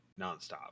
nonstop